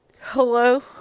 Hello